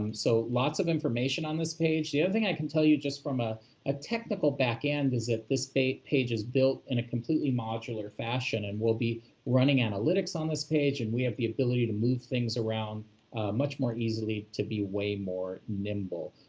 um so lots of information on this page, the other thing i can tell you just from ah a technical backend is that this page page is built in a completely modular fashion and we'll be running analytics on this page and we have the ability to move things around much more easily to be way more nimble.